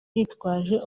yitwaje